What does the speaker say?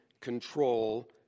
control